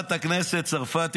--- חברת הכנסת צרפתי,